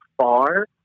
far